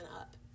up